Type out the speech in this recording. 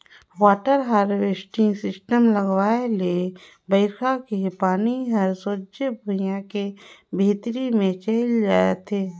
water harvesting system लगवाए ले बइरखा के पानी हर सोझ भुइयां के भीतरी मे चइल देथे